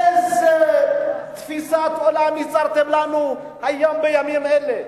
איזה תפיסת עולם ייצרתם לנו היום, בימים האלה.